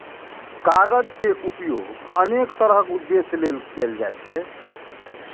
कागज के उपयोग अनेक तरहक उद्देश्य लेल कैल जाइ छै